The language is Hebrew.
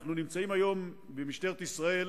במשטרת ישראל